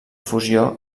fusió